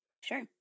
Sure